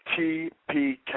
TPK